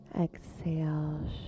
Exhale